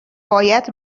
باید